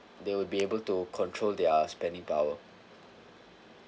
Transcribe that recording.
they will be able to control their spending power